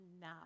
now